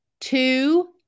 Two